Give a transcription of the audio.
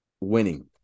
winning